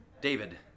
David